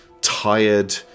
tired